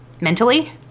mentally